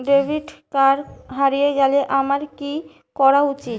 Debit card হারিয়ে গেলে আমার কি করা উচিৎ?